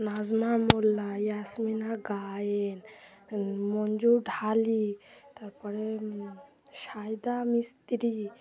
নাজমা মোল্লা ইয়াসমিনা গায়েন মঞ্জু ঢালি তারপরে সায়দা মিস্ত্রি